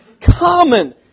common